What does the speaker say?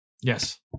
yes